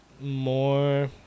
more